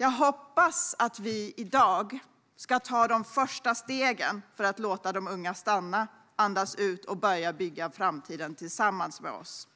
Jag hoppas att vi i dag tar de första stegen för att låta de unga stanna, andas ut och börja bygga framtiden tillsammans med oss.